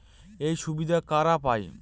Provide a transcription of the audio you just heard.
এই সুবিধা কারা পায়?